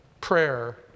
prayer